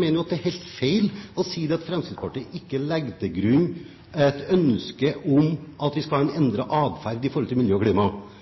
mener at det er helt feil å si at Fremskrittspartiet ikke legger til grunn et ønske om at vi skal ha en endret atferd i forhold til miljø og klima.